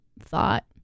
thought